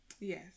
yes